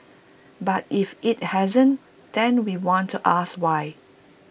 but if IT hasn't then we want to ask why